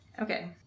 Okay